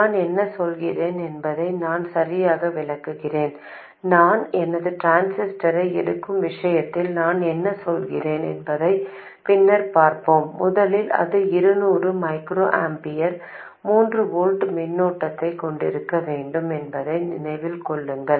நான் என்ன சொல்கிறேன் என்பதை நான் சரியாக விளக்குகிறேன் நான் எனது டிரான்சிஸ்டரை எடுக்கும் விஷயத்தில் நான் என்ன சொல்கிறேன் என்பதை பின்னர் பார்ப்போம் முதலில் அது இருநூறு மைக்ரோ ஆம்பியரின் 3 வோல்ட் மின்னோட்டத்தைக் கொண்டிருக்க வேண்டும் என்பதை நினைவில் கொள்ளுங்கள்